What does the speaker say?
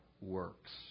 works